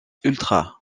ultras